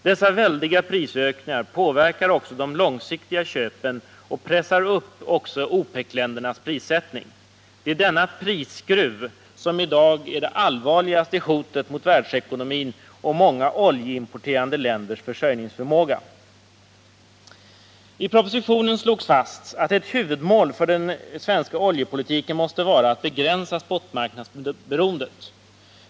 Dessa väldiga prisökningar påverkar också de långsiktiga köpen och pressar upp OPEC-ländernas prissättning. Det är denna prisskruv som i dag är det allvarligaste hotet mot världsekonomin och många oljeimporterande länders försörjningsförmåga. I propositionen slogs fast att ett huvudmål för den svenska oljepolitiken måste vara att begränsa spotmarknadsberoendet.